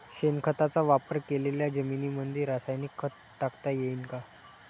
शेणखताचा वापर केलेल्या जमीनीमंदी रासायनिक खत टाकता येईन का?